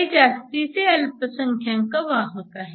हे जास्तीचे अल्पसंख्यांक वाहक आहेत